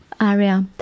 area